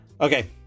Okay